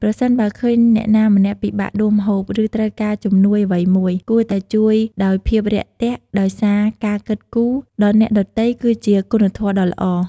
ប្រសិនបើឃើញអ្នកណាម្នាក់ពិបាកដួសម្ហូប ឬត្រូវការជំនួយអ្វីមួយ គួរតែជួយដោយភាពរាក់ទាក់ដោយសារ ការគិតគូរដល់អ្នកដទៃគឺជាគុណធម៌ដ៏ល្អ។